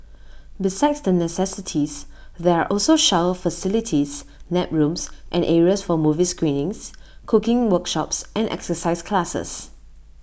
besides the necessities there are also shower facilities nap rooms and areas for movie screenings cooking workshops and exercise classes